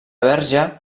verge